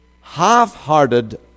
half-hearted